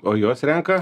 o juos renka